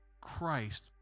Christ